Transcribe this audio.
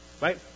Right